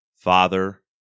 father